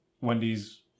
Wendy's